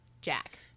Jack